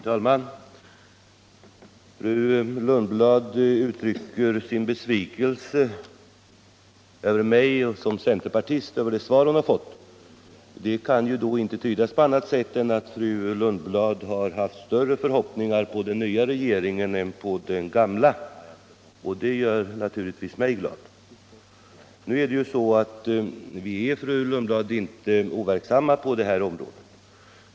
Herr talman! Fru Lundblad uttryckte sin besvikelse över mig som centerpartist med anledning av det svar som hon har fått. Det kan inte tydas på annat sätt än att fru Lundblad har haft större förhoppningar på den nya regeringen än på den gamla regeringen, och det gör naturligtvis mig glad. Nu är det så, fru Lundblad, att vi inte är overksamma på detta område.